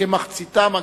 כמחציתם,